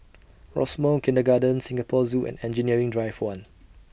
Rosemount Kindergarten Singapore Zoo and Engineering Drive one